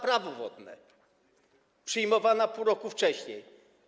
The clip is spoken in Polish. Prawo wodne przyjmowana pół roku wcześniej?